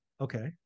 Okay